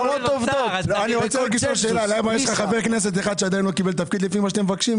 אתה אומר שאם אתה מבקש מבזק להיכנס,